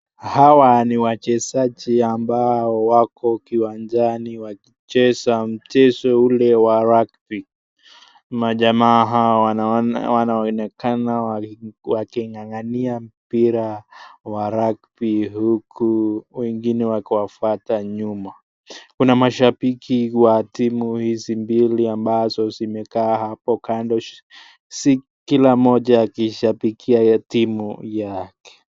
Hawa ni wachezaji ambao wako kiwanjani wakicheza mchezo ule wa rugby[cs ,]majamaa hawa wanaonekana wakingangania mpira wa rugby huku wengine wakiwafuata nyuma, kuna mashabiki wa timu hizi mbili ambazo zimekaa hapo kando kila mmoja akishabikia ya timu yake.